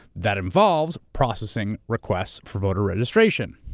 that involves processing requests for voter registration.